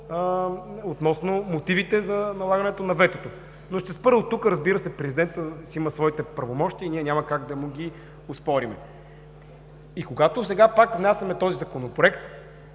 относно мотивите за налагането на ветото. Но ще спра дотук. Разбира се, президентът си има своите правомощия и ние няма как да му ги оспорим. И когато сега пак внасяме този Законопроект,